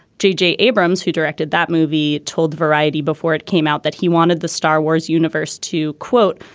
j j. abrams, who directed that movie, told variety before it came out that he wanted the star wars universe to, quote,